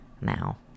now